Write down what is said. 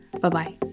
Bye-bye